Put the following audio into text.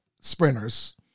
sprinters